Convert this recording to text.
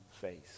face